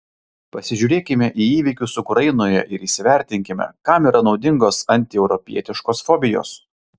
pasižiūrėkime į įvykius ukrainoje ir įsivertinkime kam yra naudingos antieuropietiškos fobijos